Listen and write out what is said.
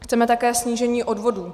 Chceme také snížení odvodů.